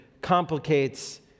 complicates